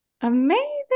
Amazing